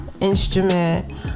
instrument